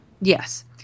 Yes